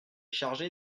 chargé